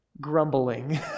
grumbling